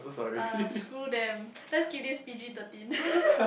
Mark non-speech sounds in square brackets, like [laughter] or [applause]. uh screw them let's keep this P_G thirteen [laughs]